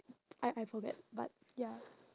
I I forget but ya